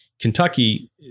Kentucky